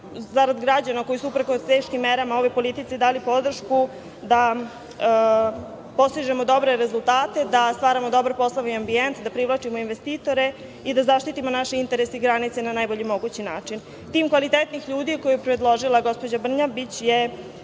zarad građana, koji su uprkos teškim merama, ovoj politici dali podršku da postižemo dobre rezultate, da stvaramo dobar poslovni ambijent, da privlačimo investitore i da zaštitimo naše interese i granice na najbolji mogući način. Tim kvalitetnih ljudi, koji je predložila gospođa Brnabić, je